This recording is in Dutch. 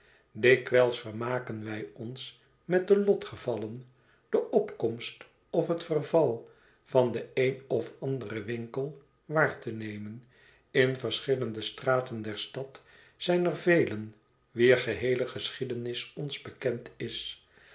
dikwijls vermaken wij ons met de lotgevallen de opkomst of het verval van den een of anderen winkel waar te nemen in verschillende straten der stad zijn er velen wier geheele geschiedenis ons bekend is